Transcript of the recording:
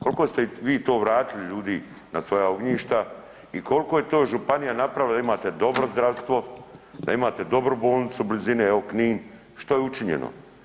Kolko ste vi to vratili ljudi na svoja ognjišta i kolko je to županija napravila da imate dobro zdravstvo, da imate dobru bolnicu, u blizini evo Knin, što je učinjeno?